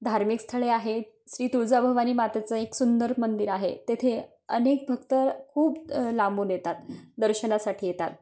धार्मिक स्थळे आहेत श्री तुळजाभवानी मातेचं एक सुंदर मंदिर आहे तेथे अनेक भक्त खूप लांबून येतात दर्शनासाठी येतात